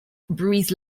breathe